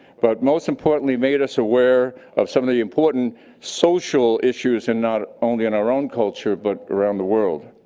but most importantly made us aware of some of the important social issues and not only in our own culture but around the world.